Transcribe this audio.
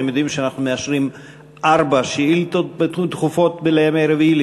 אתם יודעים שאנחנו מאשרים ארבע שאילתות דחופות לימי רביעי,